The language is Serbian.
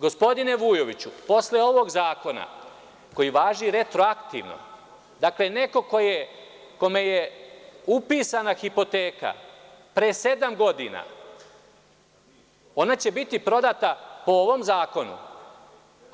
Gospodine Vujoviću, posle ovog zakona, koji važi retroaktivno, dakle, neko kome je upisana hipoteka pre sedam godina, ona će biti prodata po ovom zakonu, jer